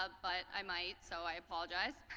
ah but i might, so i apologize.